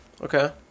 Okay